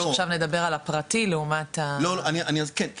עכשיו נדבר על הפרטי לעומת הציבורי.